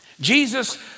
Jesus